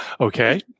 Okay